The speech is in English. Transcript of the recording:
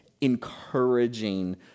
encouraging